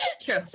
true